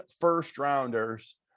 first-rounders